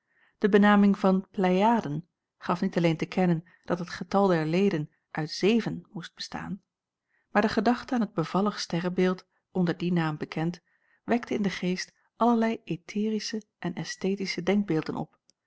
de benaming van pleiaden gaf niet alleen te kennen dat het getal der leden uit zeven moest bestaan maar de gedachte aan het bevallig sterrebeeld onder dien naam bekend wekte in den geest allerlei aetherische en aesthetische denkbeelden op